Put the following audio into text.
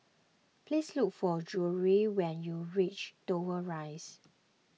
please look for Jewell when you reach Dover Rise